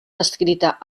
descrita